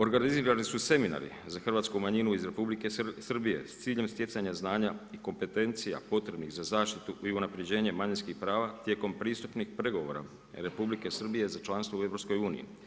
Organizirani su seminari za hrvatsku manjinu iz RH, s ciljem stjecanja znanja i kompetencija, potrebnih za zaštitu i unaprjeđenje manjinskih prava tijekom pristupnih pregovora RH Srbije za članstvo u EU.